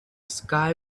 sky